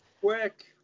Quick